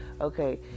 okay